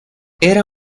era